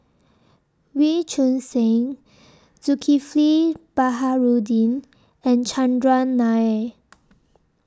Wee Choon Seng Zulkifli Baharudin and Chandran Nair